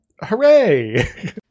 hooray